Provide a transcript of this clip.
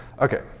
Okay